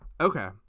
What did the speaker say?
okay